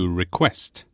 request